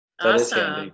Awesome